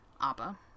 ABBA